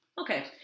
Okay